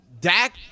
Dak